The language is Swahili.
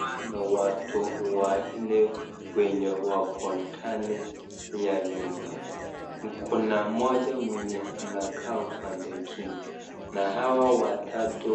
Kuna watu wanne wenye wako ndani ya nyumba ,kuna mmoja mwenye anakaa upande ingine na hawa watatu